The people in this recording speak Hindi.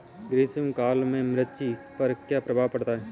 ग्रीष्म काल में मिर्च पर क्या प्रभाव पड़ता है?